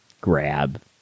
grab